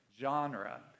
genre